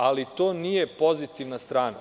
Ali, to nije pozitivna strana.